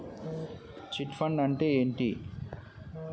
Chit fund అంటే ఏంటి?